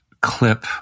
clip